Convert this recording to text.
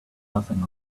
nothing